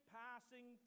passing